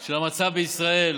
של המצב בישראל,